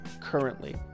currently